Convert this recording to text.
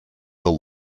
the